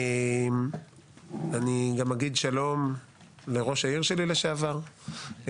אגיד שלום לראש העיר שלי לשעבר,